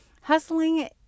Hustling